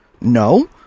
No